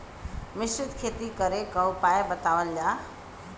मिश्रित खेती करे क उपाय बतावल जा?